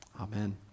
Amen